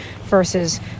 versus